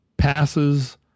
passes